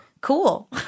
Cool